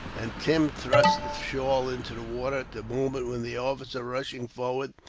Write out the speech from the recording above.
and tim thrust the shawl into the water at the moment when the officer, rushing forward,